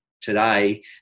today